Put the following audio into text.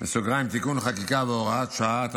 (תיקון חקיקה והוראת שעה),